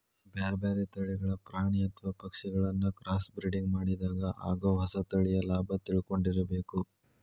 ಬ್ಯಾರ್ಬ್ಯಾರೇ ತಳಿಗಳ ಪ್ರಾಣಿ ಅತ್ವ ಪಕ್ಷಿಗಳಿನ್ನ ಕ್ರಾಸ್ಬ್ರಿಡಿಂಗ್ ಮಾಡಿದಾಗ ಆಗೋ ಹೊಸ ತಳಿಯ ಲಾಭ ತಿಳ್ಕೊಂಡಿರಬೇಕು